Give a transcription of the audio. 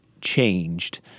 changed